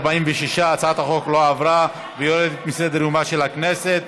46. הצעת החוק לא עברה ויורדת מסדר-יומה של הכנסת.